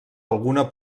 alguna